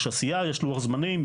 יש לוח זמנים,